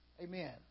Amen